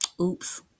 Oops